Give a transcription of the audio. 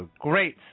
great